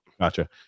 gotcha